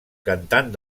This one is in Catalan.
cantant